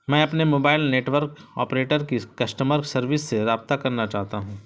میں اپنے mobile network operator کی کشٹمر سروس سے رابطہ کرنا چاہتا ہوں